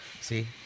See